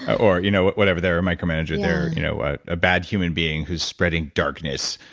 or you know whatever, they're a micromanager. they're you know ah a bad human being who's spreading darkness,